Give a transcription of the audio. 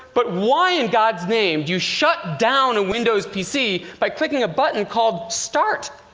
but why in god's name do you shut down a windows pc by clicking a button called start?